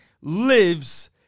lives